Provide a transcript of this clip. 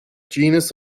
genus